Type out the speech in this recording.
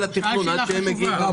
הוא שאל שאלה חשובה.